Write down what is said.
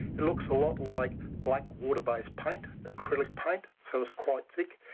it looks a lot like black water-based paint, acrylic paint, so it's quite thick.